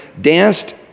danced